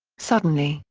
suddenly,